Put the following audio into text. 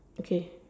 okay